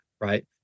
right